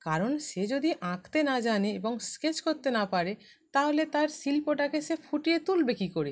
কারণ সে যদি আঁকতে না জানে এবং স্কেচ করতে না পারে তাহলে তার শিল্পটাকে সে ফুটিয়ে তুলবে কী করে